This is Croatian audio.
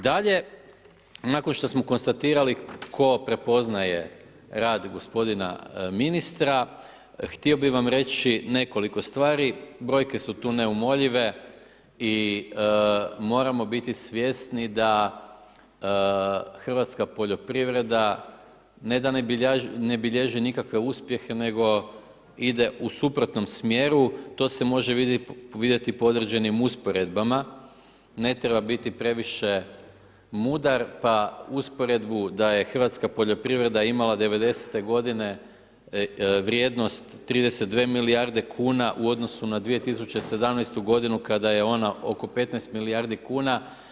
Dalje, nakon što smo konstatirali tko prepoznaje rad gospodina ministra, htio bih vam reći nekoliko stvari, brojke su tu neumoljive i moramo biti svjesni da hrvatska poljoprivreda ne da ne bilježi nikakve uspjehe nego ide u suprotnom smjeru, to se može vidjeti po određenim usporedbama, ne treba biti previše mudar pa usporedbu da je hrvatska poljoprivreda imala '90.-te godine vrijednost 32 milijarde kuna u odnosu na 2017. godinu kada je ona oko 15 milijardi kuna.